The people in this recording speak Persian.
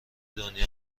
دنیا